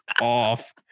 Off